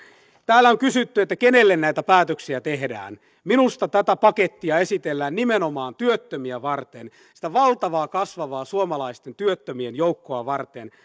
täällä on kysytty että kenelle näitä päätöksiä tehdään minusta tätä pakettia esitellään nimenomaan työttömiä varten sitä valtavaa kasvavaa suomalaisten työttömien joukkoa varten